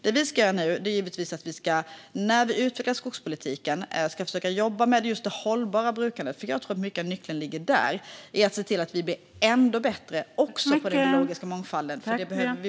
Det vi ska göra nu är givetvis att när vi utvecklar skogspolitiken försöka jobba med just det hållbara brukandet. Jag tror att mycket av nyckeln ligger där: i att se till att vi blir ännu bättre också på den biologiska mångfalden, för det behöver vi bli.